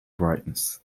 brightness